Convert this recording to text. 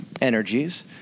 energies